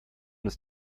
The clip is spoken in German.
ist